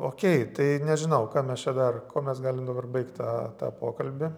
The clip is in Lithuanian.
okei tai nežinau ką mes čia dar kuo mes galim dabar baigt tą tą pokalbį